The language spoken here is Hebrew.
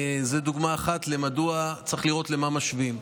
זו דוגמה אחת מדוע צריך לראות למה משווים.